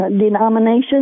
denomination